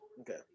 Okay